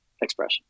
expression